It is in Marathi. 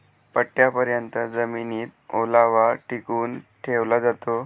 पट्टयापर्यत जमिनीत ओलावा टिकवून ठेवला जातो